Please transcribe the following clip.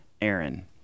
Aaron